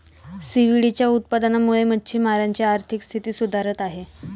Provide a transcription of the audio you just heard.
सीव्हीडच्या उत्पादनामुळे मच्छिमारांची आर्थिक स्थिती सुधारत आहे